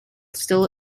still